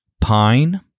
pine